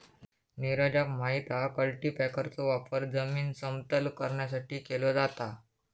नीरजाक माहित हा की कल्टीपॅकरचो वापर जमीन समतल करण्यासाठी केलो जाता